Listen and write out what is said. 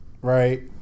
right